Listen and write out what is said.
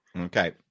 Okay